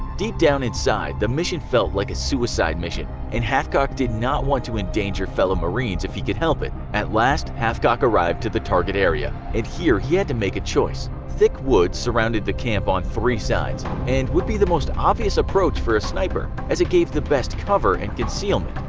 deep down inside, the mission felt like a suicide mission, and hathcock did not want to endanger fellow marines if he could help it. at last, hathcock arrived to the target area, and here he had to make a choice. thick woods surrounded the camp on three sides, and would be the most obvious approach for a sniper as it gave the best cover and concealment.